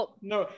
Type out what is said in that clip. No